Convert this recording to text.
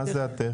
מה זה התכן?